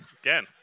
again